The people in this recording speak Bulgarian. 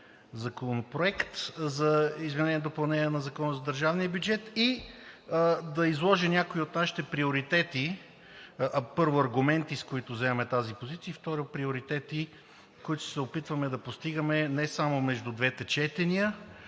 Законопроект за изменение и допълнение на Закона за държавния бюджет и да изложа някои от нашите приоритети. Първо, аргументи, с които заемаме тази позиция и, второ, приоритети, които се опитваме да постигаме не само между двете четения,